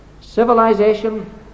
civilization